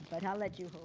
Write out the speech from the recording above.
i'll let you